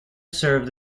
served